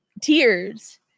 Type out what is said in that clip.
tears